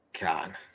God